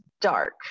dark